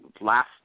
last